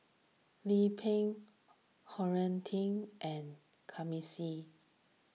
Lim Pin Huiying Teen and